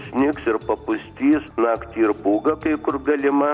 snigs ir papustys naktį ir pūga kai kur galima